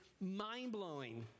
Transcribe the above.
mind-blowing